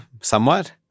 somewhat